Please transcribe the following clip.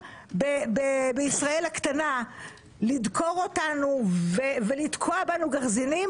בישראל הקטנה לדקור אותנו ולתקוע בנו גרזנים,